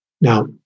Now